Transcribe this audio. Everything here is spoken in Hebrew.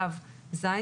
ו' ו-ז',